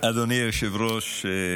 אדוני היושב-ראש,